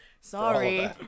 Sorry